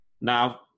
now